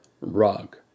rug